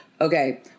okay